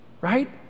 right